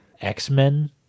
X-Men